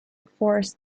force